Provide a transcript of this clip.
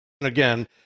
Again